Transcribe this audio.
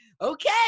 okay